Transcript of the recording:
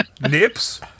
Nips